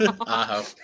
Aho